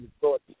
thought